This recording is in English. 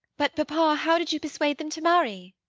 but, papa, how did you persuade them to marry?